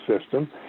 system